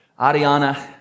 Ariana